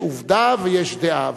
יש עובדה, ויש דעה.